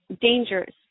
dangers